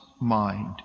mind